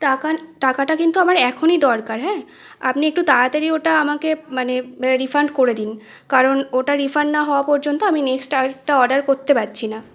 টাকা টাকাটা কিন্তু আমার এখনই দরকার হ্যাঁ আপনি একটু তাড়াতাড়ি ওটা আমাকে মানে রিফান্ড করে দিন কারণ ওটা রিফান্ড না হওয়া পর্যন্ত আমি নেক্সট আর একটা অর্ডার করতে পারছি না